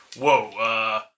Whoa